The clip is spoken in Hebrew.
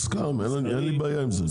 מוסכם אין לי בעיה עם זה.